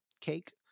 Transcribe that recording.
cake